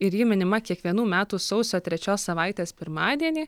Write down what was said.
ir ji minima kiekvienų metų sausio trečios savaitės pirmadienį